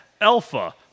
Alpha